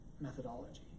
methodology